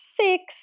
six